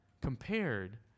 compared